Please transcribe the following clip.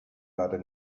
leider